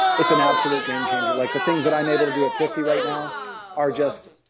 it's an absolute gamechanger. like the things that i'm able to do at fifty right now are just,